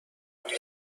قدرت